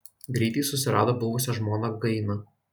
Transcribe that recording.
greitai susirado buvusią žmoną gainą